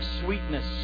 sweetness